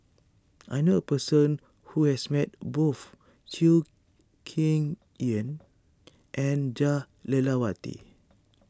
I knew a person who has met both Chew Kheng and Jah Lelawati